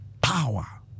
power